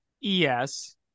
Yes